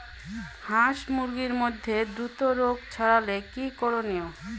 হাস মুরগির মধ্যে দ্রুত রোগ ছড়ালে কি করণীয়?